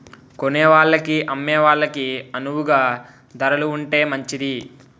కొనేవాళ్ళకి అమ్మే వాళ్ళకి అణువుగా ధరలు ఉంటే మంచిది